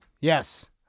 Yes